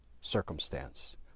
circumstance